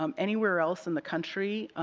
um anywhere else in the country,